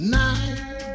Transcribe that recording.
night